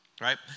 right